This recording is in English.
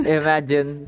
imagine